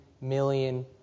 million